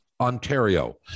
ontario